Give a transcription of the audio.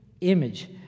image